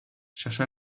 cherche